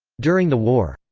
during the war,